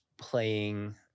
playing